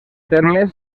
termes